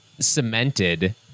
cemented